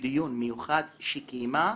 בדיון מיוחד שקיימה,